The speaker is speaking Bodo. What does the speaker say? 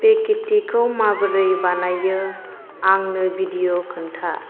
स्पेकेटिखौ माबोरै बानायो आंनो भिडिय' खोन्था